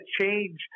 change